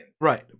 Right